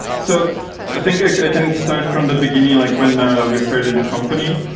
so think i can start from the beginning like when we started the company.